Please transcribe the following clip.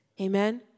Amen